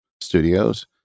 studios